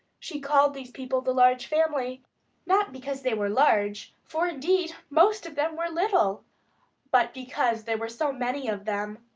she called these people the large family not because they were large, for indeed most of them were little but because there were so many of them.